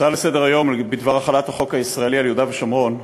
הצעה לסדר-היום בדבר החלת החוק הישראלי על יהודה ושומרון.